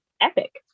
epic